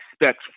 expect